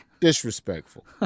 disrespectful